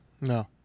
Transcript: no